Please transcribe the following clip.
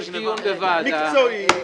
יש דיון, מקצועי.